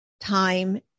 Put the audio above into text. time